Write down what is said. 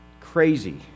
Crazy